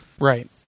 Right